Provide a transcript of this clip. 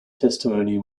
testimony